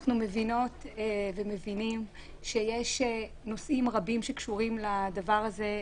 אנחנו מבינות ומבינים שיש נושאים רבים שקשורים לדבר הזה,